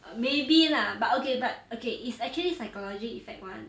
err maybe lah but okay but okay it's actually psychology effect [one]